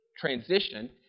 transition